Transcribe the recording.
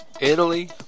Italy